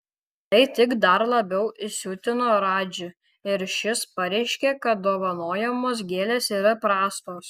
tai tik dar labiau įsiutino radžį ir šis pareiškė kad dovanojamos gėlės yra prastos